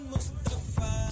Mustafa